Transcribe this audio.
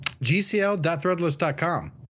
gcl.threadless.com